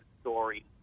story